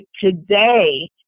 today